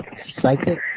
Psychic